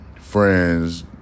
friends